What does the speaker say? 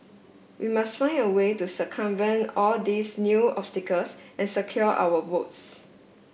we must find a way to circumvent all these new obstacles and secure our votes